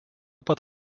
pat